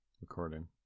recording